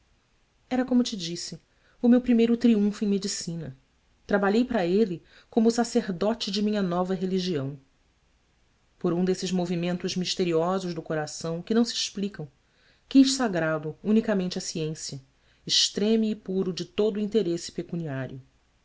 era como te disse o meu primeiro triunfo em medicina trabalhei para ele como o sacerdote de minha nova religião por um desses movimentos misteriosos do coração que não se explicam quis sagrá lo unicamente à ciência extreme e puro de todo o interesse pecuniário